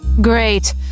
Great